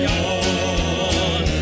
on